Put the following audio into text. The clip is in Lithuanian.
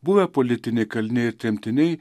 buvę politiniai kaliniai ir tremtiniai